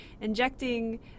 injecting